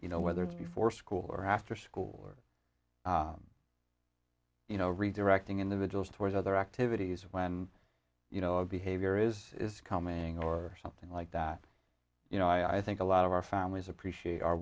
you know whether it's before school or after school or you know redirecting individual's towards other activities when you know a behavior is coming or something like that you know i think a lot of our families appreciate our